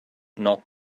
not